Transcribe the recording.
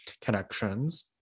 connections